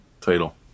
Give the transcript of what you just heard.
title